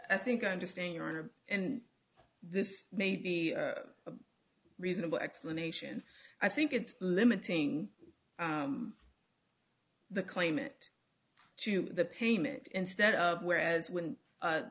i think i understand your honor and this may be a reasonable explanation i think it's limiting the claimant to the payment instead whereas when